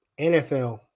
NFL